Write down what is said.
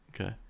Okay